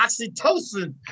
oxytocin